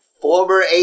former